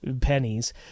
pennies